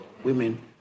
women